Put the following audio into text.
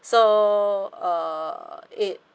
so uh it